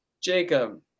Jacob